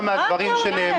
מה אתה אומר?